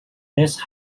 this